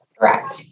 Correct